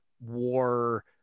war